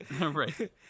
Right